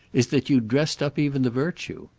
is that you dressed up even the virtue.